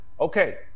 okay